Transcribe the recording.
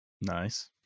Nice